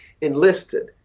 enlisted